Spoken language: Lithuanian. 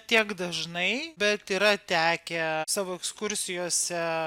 tiek dažnai bet yra tekę savo ekskursijose